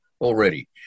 already